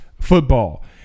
football